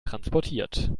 transportiert